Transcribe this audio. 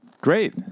Great